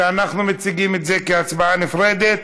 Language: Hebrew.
שאנחנו מעלים כהצבעה נפרדת.